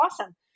awesome